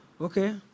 okay